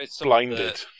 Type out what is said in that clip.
blinded